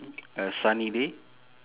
a sunny day